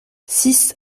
six